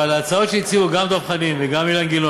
אבל ההצעות שהציעו גם דב חנין וגם אילן גילאון,